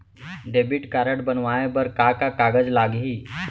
Debit card बनवाये बर का का कागज लागही?